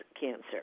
cancer